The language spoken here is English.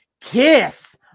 kiss